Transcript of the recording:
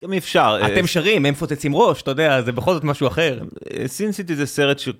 אם אפשר.. אה.. אתם שרים הם פוצצים ראש אתה יודע זה בכל זאת משהו אחר sin-city זה סרט ש..